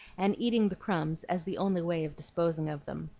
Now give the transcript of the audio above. and eating the crumbs as the only way of disposing of them.